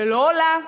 ולא עולה.